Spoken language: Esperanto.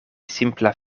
simpla